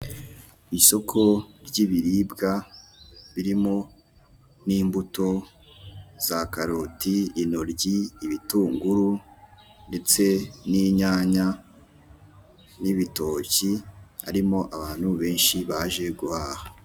Ibicuruzwa bigizwe n'amata, amata akomeye kivuguto harimo ari mu makarito, ndetse nari mu bukopo busanzwe ari mu mabido ikivuto gisanzwe, ndetse nandi mata ikivuguto kiba kivanze n'imbuto.